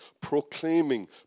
proclaiming